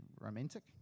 romantic